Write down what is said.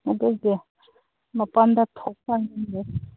ꯑꯗꯨꯒꯤ ꯃꯄꯥꯟꯗ ꯊꯣꯛꯄ ꯉꯝꯗꯦ